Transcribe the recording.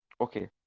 okay